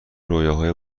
رویاهای